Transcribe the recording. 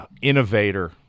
innovator